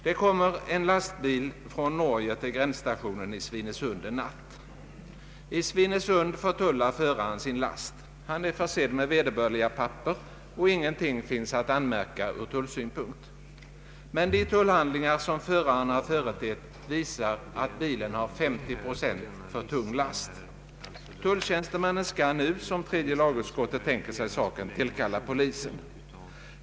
Det kommer en lastbil från Norge till gränsstationen i Svinesund en natt. I Svinesund förtullar föraren sin last. Han är försedd med vederbörliga papper och ingenting finns att anmär ka från tullsynpunkt. Men de tullhandlingar som föraren har företett visar att bilen har 50 procent för tung last. Tulltjänstemannen skall nu, som tredje lagutskottet tänker sig saken, tillkalla polis.